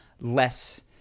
less